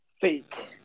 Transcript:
fake